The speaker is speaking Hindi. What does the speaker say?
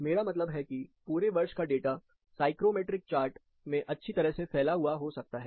मेरा मतलब है कि पूरे वर्ष का डेटा साइक्रोमेट्रिक चार्ट में अच्छी तरह से फैला हुआ हो सकता है